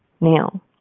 Now